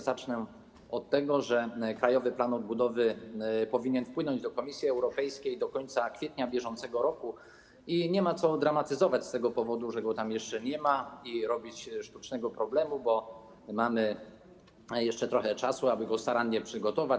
Zacznę od tego, że Krajowy Plan Odbudowy powinien wpłynąć do Komisji Europejskiej do końca kwietnia br. i nie ma co dramatyzować z tego powodu, że go tam jeszcze nie ma, i robić sztucznego problemu, bo mamy jeszcze trochę czasu, aby go starannie przygotować.